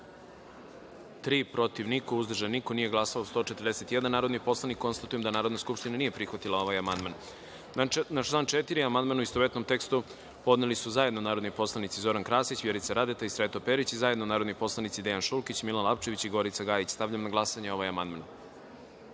protiv – niko, uzdržanih – nema, nisu glasala 142 narodna poslanika. Konstatujem da Narodna skupština nije prihvatila ovaj amandman. Na član 3. amandman u istovetnom tekstu podneli su zajedno narodni poslanik Zoran Krasić, Vjerica Radeta i Jovo Ostojić i zajedno narodni poslanici Dejan Šulkić, Milan Lapčević i Gorica Gajić. Stavljam na glasanje. Zaključujem